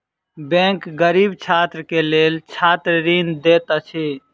bank गरीब छात्र के लेल छात्र ऋण दैत अछि